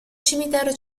cimitero